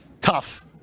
tough